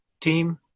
team